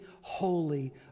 holy